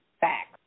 Facts